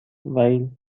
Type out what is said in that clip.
while